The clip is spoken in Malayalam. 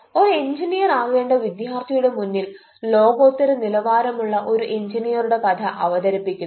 ഒരു എഞ്ചിനീയർ ആകേണ്ട വിദ്യാർത്ഥിയുടെ മുന്നിൽ ലോകോത്തര നിലവാരമുള്ള ഒരു എഞ്ചിനീയറുടെ കഥ അവതരിപ്പിക്കുന്നു